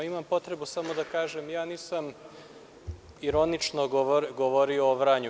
Imam potrebu samo da kažem - ja nisam ironično govorio o Vranju.